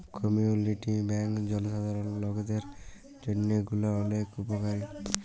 community bank জলসাধারল লকদের জন্হে গুলা ওলেক উপকারী